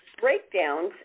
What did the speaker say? breakdowns